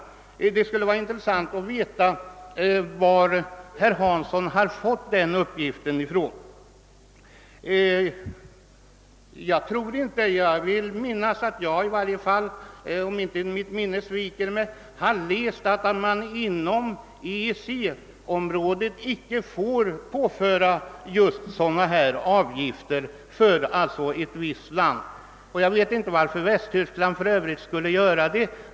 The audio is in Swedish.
Därför skulle det vara mycket intressant att höra av herr Hansson i Skegrie var reservanterna har fått den uppgiften ifrån. Om jag inte missminner mig har jag någonstans läst att inget land inom EEC området får införa ett system med sådana avgifter, och jag vet inte heller varför Västtyskland skulle göra det.